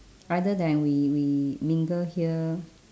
rather than we we linger here